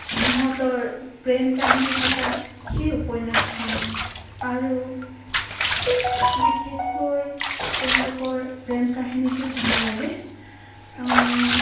সিহঁতৰ প্ৰেম কাহিনী থকা সেই উপন্যাসখন আৰু বিশেষকৈ তেওঁলোকৰ প্ৰেম কাহিনীটো ভাল লাগে